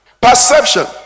Perception